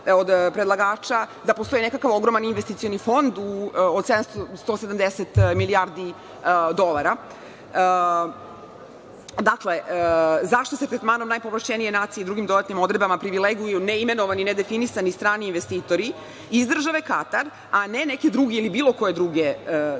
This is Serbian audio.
da postoji ogroman investicioni fond od 170 milijardi dolara. Dakle, zašto se tretmanom najpovlašćenije nacije i drugim dodatnim odredbama privileguju neimenovani, nedefinisani strani investitori iz države Katar, a ne neki drugi ili bilo koje druge države